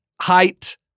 height